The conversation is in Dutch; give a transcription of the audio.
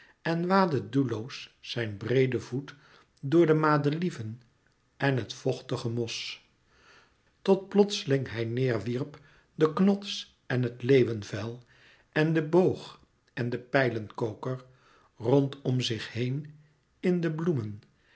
en waadde doelloos zijn breede voet door de madelieven en het vochtige mos tot plotseling hij neer wierp den knots en het leeuwevel en den boog en den pijlenkoker rondom zich heen in de bloemen